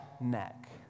neck